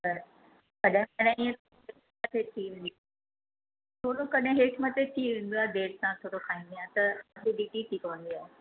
थोरो कॾहिं हेठि मथे थी वेंदो आहे देरि सां थोरो खाईंदी आहियां त एसिडिटी थी पवंदी आहे